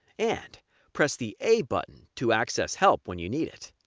and press the a button to access help when you need it.